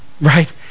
right